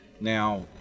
Now